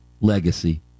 Legacy